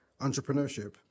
entrepreneurship